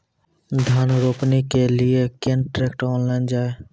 धान रोपनी के लिए केन ट्रैक्टर ऑनलाइन जाए?